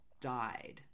died